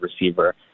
receiver